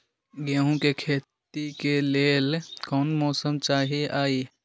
गेंहू के खेती के लेल कोन मौसम चाही अई?